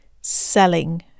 selling